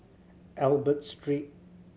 Albert Street